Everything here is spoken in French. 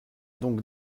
donc